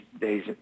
days